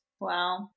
Wow